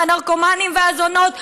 עם הנרקומנים והזונות,